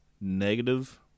negative